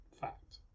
fact